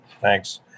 Thanks